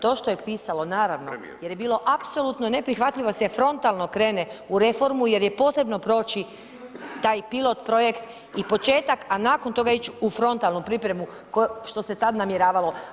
To što je pisalo naravno jer je bilo apsolutno neprihvatljivo da se frontalno krene u reformu jer je potrebno proći taj pilot projekt i početak, a nakon toga ići u frontalnu pripremu što se tada namjeravalo.